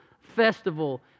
festival